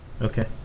Okay